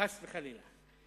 חס וחלילה.